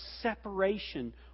separation